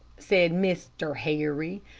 said mr. harry,